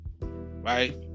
Right